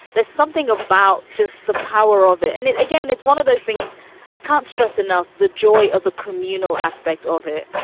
there's something about just the power of it. and again, it's one of those things i can't stress enough the joy of the communal aspect of it,